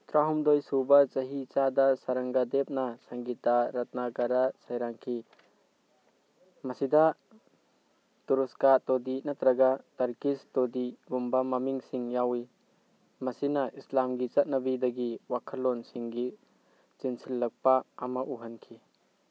ꯇꯔꯥꯍꯨꯝꯗꯣꯏ ꯁꯨꯕ ꯆꯍꯤ ꯆꯥꯗ ꯁꯔꯪꯒꯗꯦꯞꯅ ꯁꯪꯒꯤꯇꯥ ꯔꯠꯅꯥꯀꯔꯥ ꯁꯩꯔꯥꯡꯈꯤ ꯃꯁꯤꯗ ꯇꯨꯔꯨꯁꯀꯥ ꯇꯣꯗꯤ ꯅꯠꯇ꯭ꯔꯒ ꯇꯔꯀꯤꯁ ꯇꯣꯗꯤꯒꯨꯝꯕ ꯃꯃꯤꯡꯁꯤꯡ ꯌꯥꯎꯏ ꯃꯁꯤꯅ ꯏꯁꯂꯥꯝꯒꯤ ꯆꯠꯅꯕꯤꯗꯒꯤ ꯋꯥꯈꯜꯂꯣꯟꯁꯤꯡꯒꯤ ꯆꯦꯟꯁꯤꯜꯂꯛꯄ ꯑꯃ ꯎꯍꯟꯈꯤ